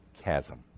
Chasm